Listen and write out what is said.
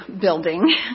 building